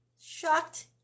shocked